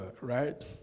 Right